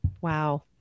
Wow